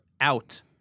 out